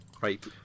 right